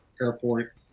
airport